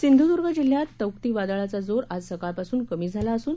सिंधूदुर्ग जिल्ह्यात तौक्ती वादळाचा जोर आज सकाळपासून कमी झाला असून